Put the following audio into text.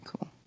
cool